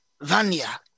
Vanya